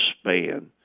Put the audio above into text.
span